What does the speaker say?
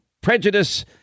prejudice